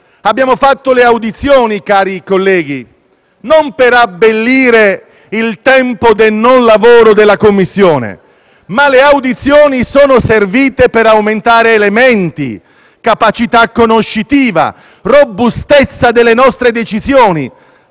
Abbiamo fatto le audizioni, cari colleghi, non per abbellire il tempo del non lavoro in Commissione, ma perché sono servite per aumentare elementi, capacità conoscitiva e robustezza delle nostre decisioni: